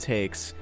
Takes